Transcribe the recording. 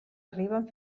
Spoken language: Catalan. arriben